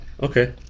Okay